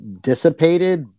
dissipated